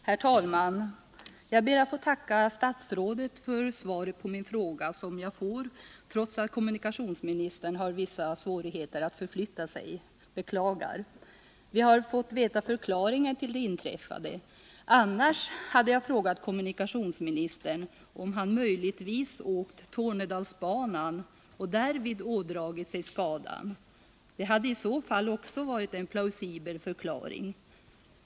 Herr talman! Jag ber att få tacka statsrådet för svaret på min fråga, som jag fått trots att kommunikationsministern har vissa svårigheter att förflytta sig. Beklagar. Vi har fått veta förklaringen till det inträffade. Annars hade jag frågat kommunikationsministern om han möjligtvis åkt Tornedalsbanan och därvid ådragit sig skadan. Det hade i så fall också varit en plausibel förklaring.